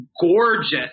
Gorgeous